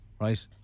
right